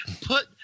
put